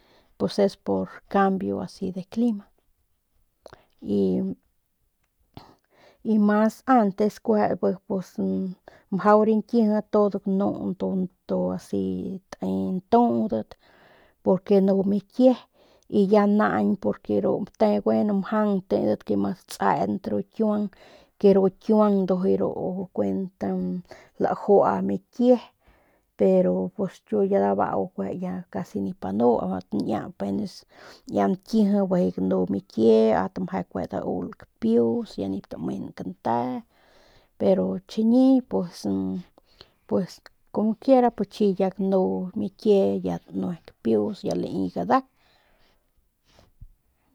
Es por cambio asi de clima y y mas antes kueje kueje mjau riñkiji todo ganu ndu asi te ntudat porque nu mikie y ya naañ gueno tedat que ma dtseent ru kiuang ke ru kiuang ndujuy kuent lajua mikie pues kiua ya dabau ya casi nip anu ast niña pens niña nkiji bijiy ganu mikie ast meje daul biu kapius ya nip tamen kante pero chiñi pus pues como quiera chi ya ganu mikie ya danue kapius ya lai gade.